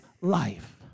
life